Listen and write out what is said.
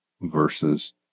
versus